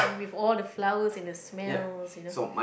with all the flowers and the smells you know